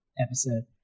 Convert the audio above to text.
episode